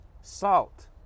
salt